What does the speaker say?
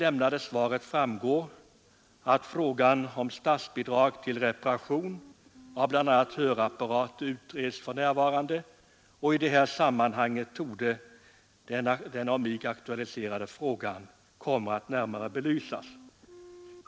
Statsrådet säger i sitt svar att frågan om statsbidrag till reparation av bl.a. hörapparater utreds för närvarande och att den av mig aktualiserade frågan torde komma att belysas närmare i det sammanhanget.